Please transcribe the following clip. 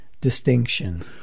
distinction